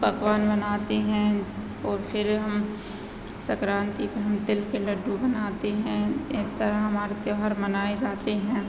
पकवान बनाते हैं और फिर हम सक्रांति में हम तिल के लड्डू बनाते हैं इस तरह हमारे त्योहार मनाए जाते हैं